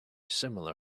similar